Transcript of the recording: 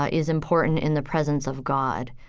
ah is important in the presence of god.